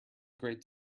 great